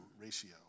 ratio